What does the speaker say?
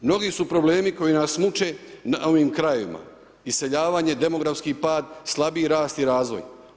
Mnogi su problemi koji nas muče na ovim krajevima, iseljavanje, demografski pad, slabiji rast i razvoj.